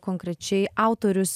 konkrečiai autorius